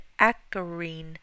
acarine